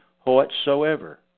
whatsoever